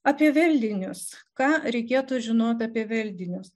apie veldinius ką reikėtų žinoti apie veldinius